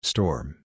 Storm